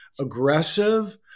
aggressive